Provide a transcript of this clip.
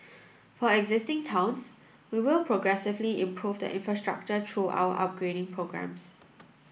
for existing towns we will progressively improve the infrastructure through our upgrading programmes